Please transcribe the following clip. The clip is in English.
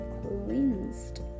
cleansed